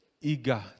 eager